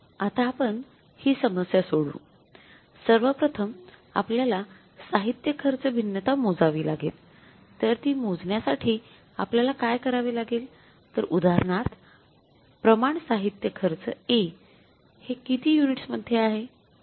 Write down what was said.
आता आपण हि समस्या सोडवू सर्वप्रथम आपल्यला साहित्य खर्च भिन्नता मोजावी लागेल तर ती मोजण्या साठी आपल्याला काय करावे लागेल तर उदाहरणार्थ प्रमाण साहित्य खर्च A हे किती युनिट्स मध्ये आहे